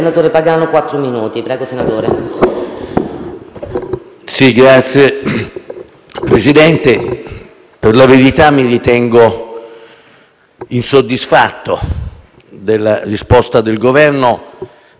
Signor Presidente, per la verità mi ritengo insoddisfatto della risposta del Governo, anche se il Governo ammette